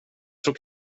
tror